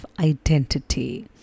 identity